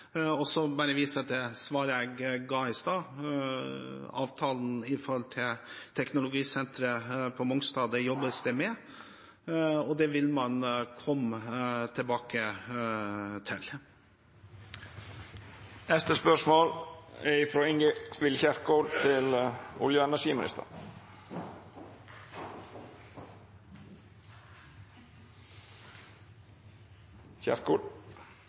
svaret jeg ga i stad. Avtalen som gjelder teknologisenteret på Mongstad, er noe det jobbes med, og det vil man komme tilbake til. «Gjennom karbonfangst og -lagring kan Norge sikre utslippsfri energi til Europa og